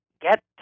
get